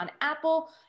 Apple